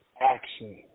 action